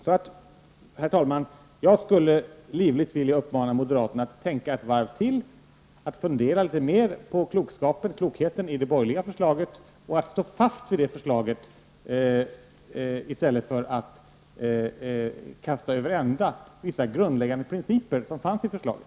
Jag skulle, herr talman, livligt vilja uppmana moderaterna att tänka ett varv till, fundera litet mer på klokheten i det borgerliga förslaget och stå fast vid det förslaget i stället för att kasta över ända vissa grundläggande principer som finns i förslaget.